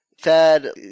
Thad